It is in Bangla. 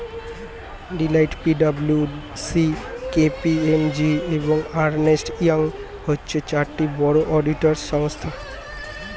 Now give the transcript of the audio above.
Deloitte, P W C, K P M G, এবং আর্নেস্ট ইয়ং হচ্ছে চারটি বড় অডিটর সংস্থা